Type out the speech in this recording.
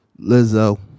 Lizzo